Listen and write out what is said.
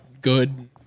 good